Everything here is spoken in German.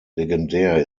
legendär